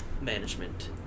management